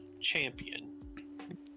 champion